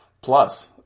plus